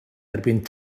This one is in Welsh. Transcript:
erbyn